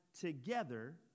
together